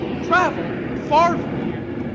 travel far from here!